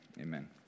Amen